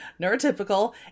neurotypical